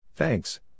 Thanks